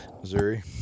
Missouri